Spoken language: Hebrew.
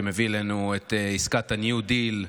שמביא לנו את עסקת הניו-דיל.